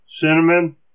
Cinnamon